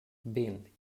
vint